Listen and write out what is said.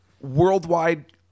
worldwide